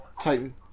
Titan